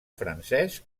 francès